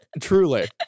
Truly